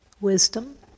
wisdom